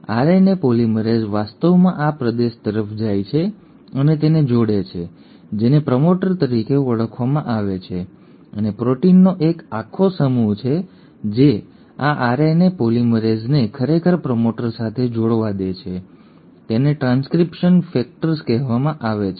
RNA polymerase વાસ્તવમાં આ પ્રદેશ તરફ જાય છે અને તેને જોડે છે જેને પ્રમોટર તરીકે ઓળખવામાં આવે છે અને પ્રોટીનનો એક આખો સમૂહ છે જે આ આરએનએ પોલિમરેઝને ખરેખર પ્રમોટર સાથે જોડાવા દે છે તેને ટ્રાન્સક્રિપ્શન ફેક્ટર્સ કહેવામાં આવે છે